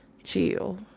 chill